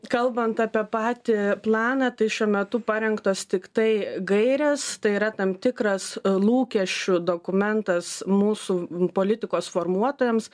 kalbant apie patį planą tai šiuo metu parengtos tiktai gairės tai yra tam tikras lūkesčių dokumentas mūsų politikos formuotojams